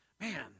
man